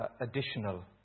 additional